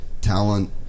talent